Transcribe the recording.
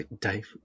Dave